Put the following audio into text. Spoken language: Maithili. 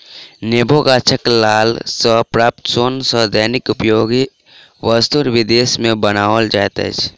नेबो गाछक छाल सॅ प्राप्त सोन सॅ दैनिक उपयोगी वस्तु विदेश मे बनाओल जाइत अछि